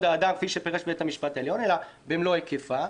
האדם כפי שפירש בית המשפט העליון אלא במלוא היקפה.